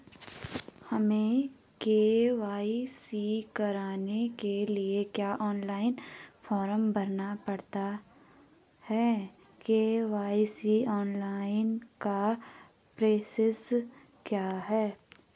हमें के.वाई.सी कराने के लिए क्या ऑनलाइन फॉर्म भरना पड़ता है के.वाई.सी ऑनलाइन का प्रोसेस क्या है?